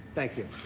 thank you.